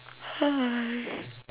hello